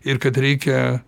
ir kad reikia